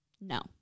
No